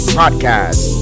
podcast